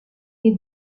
des